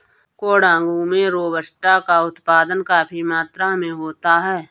कोडागू में रोबस्टा का उत्पादन काफी मात्रा में होता है